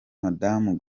madamu